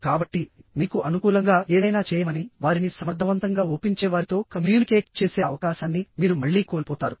కాబట్టి మీకు అనుకూలంగా ఏదైనా చేయమని వారిని సమర్థవంతంగా ఒప్పించే వారితో కమ్యూనికేట్ చేసే అవకాశాన్ని మీరు మళ్ళీ కోల్పోతారు